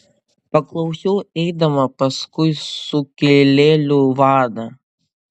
paklausiau eidama paskui sukilėlių vadą